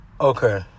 Okay